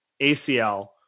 acl